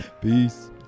Peace